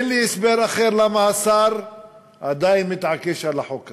אין לי הסבר אחר למה השר עדיין מתעקש על החוק הזה.